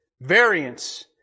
Variance